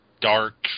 Dark